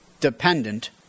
dependent